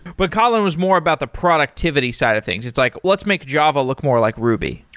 but kotlin was more about the productivity side of things. it's like, let's make java look more like ruby.